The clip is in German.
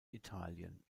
italien